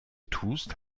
tust